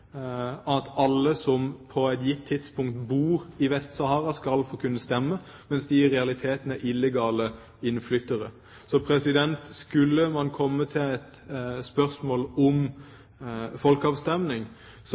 at alle som på et gitt tidspunkt bor i Vest-Sahara, skal få kunne stemme, mens de i realiteten er illegale innflyttere. Skulle det komme til et spørsmål